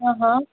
ہہ ہہ